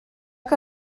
que